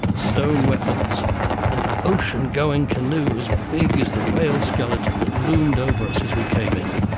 stone weapons and the ocean-going canoe as big as the whale skeleton that loomed over us as we came in.